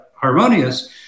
harmonious